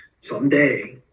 Someday